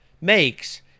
makes